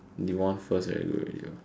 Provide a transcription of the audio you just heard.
they won first very good already